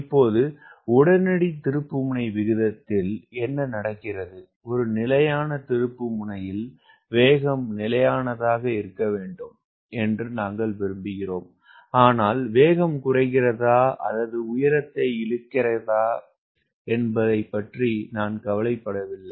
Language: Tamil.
இப்போது உடனடி திருப்புமுனை விகிதத்தில் என்ன நடக்கிறது ஒரு நிலையான திருப்புமுனையில் வேகம் நிலையானதாக இருக்க வேண்டும் என்று நாங்கள் விரும்புகிறோம் ஆனால் வேகம் குறைகிறதா அல்லது உயரத்தை இழக்கிறதா என்பது பற்றி நான் கவலைப்படவில்லை